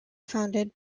founded